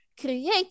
create